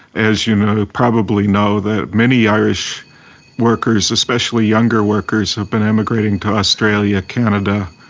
as you know, probably know, that many irish workers, especially younger workers, have been emigrating to australia, canada,